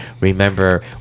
Remember